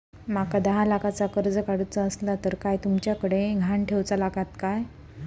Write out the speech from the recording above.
माका दहा लाखाचा कर्ज काढूचा असला तर काय तुमच्याकडे ग्हाण ठेवूचा लागात काय?